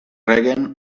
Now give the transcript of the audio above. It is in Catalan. reguen